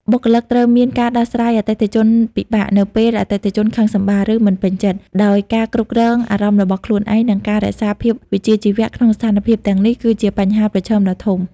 បុគ្គលិកត្រូវមានការដោះស្រាយអតិថិជនពិបាក នៅពេលអតិថិជនខឹងសម្បារ ឬមិនពេញចិត្ត ដោយការគ្រប់គ្រងអារម្មណ៍របស់ខ្លួនឯង និងការរក្សាភាពវិជ្ជាជីវៈក្នុងស្ថានភាពទាំងនេះ គឺជាបញ្ហាប្រឈមដ៏ធំ។